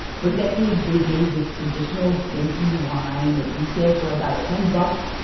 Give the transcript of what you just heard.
for decades, they've made this traditional grapey wine. it retails for about ten bucks.